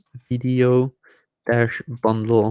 video bundle